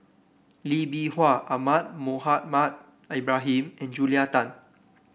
Lee Bee Wah Ahmad Mohamed Ibrahim and Julia Tan